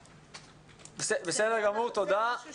בסדר גמור, תודה.